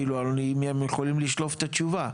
כאילו האם הם יכולים לשלוף את התשובה?